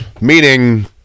meaning